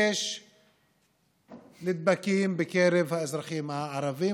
יש נדבקים בקרב האזרחים הערבים,